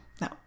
No